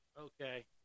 Okay